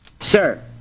Sir